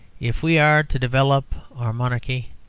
if we are to develop our monarchy,